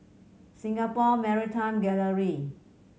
Singapore Maritime Gallery